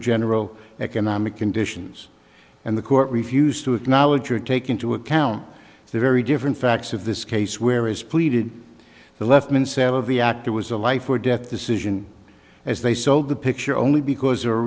general economic conditions and the court refused to acknowledge or take into account the very different facts of this case where is pleaded the left main savvy act it was a life or death decision as they sold the picture only because